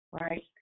right